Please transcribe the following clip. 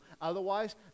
Otherwise